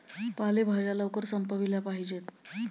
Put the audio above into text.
पालेभाज्या लवकर संपविल्या पाहिजेत